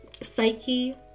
Psyche